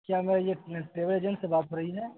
کیا میں یہ ٹریول ایجنٹ سے بات ہو رہی ہے